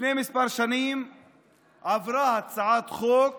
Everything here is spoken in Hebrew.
לפני כמה שנים עברה הצעת חוק